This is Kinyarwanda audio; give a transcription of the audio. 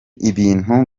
ibintu